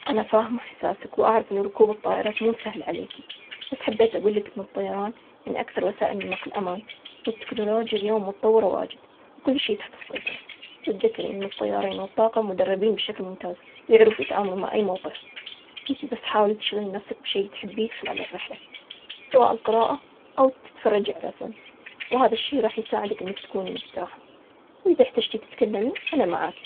أنا فاهمة إحساسك، وأعرف إنه ركوب الطائرات مو سهل عليكي، بس حبيت أقول لك إنه الطيران من أكثر وسائل النقل أمان، والتكنولوجيا اليوم متطورة واجد، وكل شي تحت السيطرة، وتذكري إنه الطيارين والطاقة المدربين بشكل ممتاز، ويعرفوا يتعاملوا مع أي موقف، إنت بس حاولي تشغلي نفسك بشيء تحبيه خلال الرحلة، سواء القراءة أو تتفرجي على فيلم، وهذا الشي راح يساعدك إنك تكوني مرتاحة. وإذا احتجتي تتكلمي. أنا معاكي.